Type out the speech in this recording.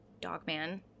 Dogman